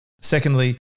Secondly